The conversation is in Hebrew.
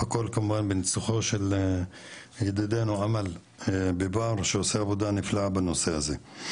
הכול כמובן בניצוחו של ידידנו אמל ביבאר שעושה עבודה נפלאה בנושא הזה.